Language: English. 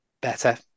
better